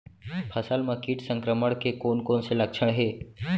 फसल म किट संक्रमण के कोन कोन से लक्षण हे?